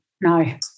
No